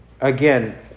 again